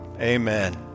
Amen